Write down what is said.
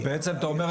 אז בעצם אתה אומר,